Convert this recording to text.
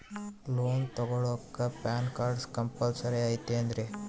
Loan ತೊಗೊಳ್ಳಾಕ PAN card compulsory ಐಯ್ತೇನ್ರಿ?